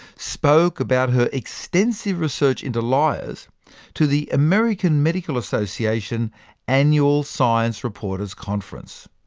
spoke about her extensive research into liars to the american medical association annual science reporters conference.